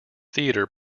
theatre